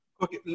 Okay